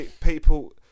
people